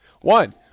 One